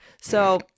So-